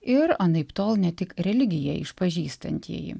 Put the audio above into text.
ir anaiptol ne tik religiją išpažįstantieji